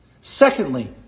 Secondly